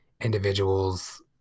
individuals